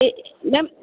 ਅਤੇ ਮੈਮ